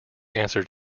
answered